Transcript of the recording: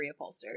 reupholstered